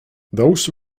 those